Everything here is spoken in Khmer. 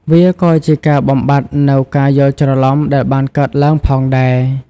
វាក៏ជាការបំបាត់នូវការយល់ច្រឡំដែលបានកើតឡើងផងដែរ។